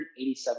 187%